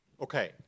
Okay